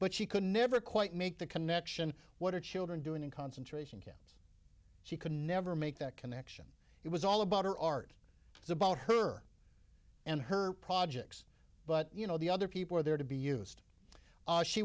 but she could never quite make the connection what are children doing in concentration camps she could never make that connection it was all about her art it's about her and her projects but you know the other people are there to be used